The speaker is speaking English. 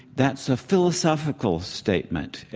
that's a philosophical statement,